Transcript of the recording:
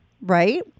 right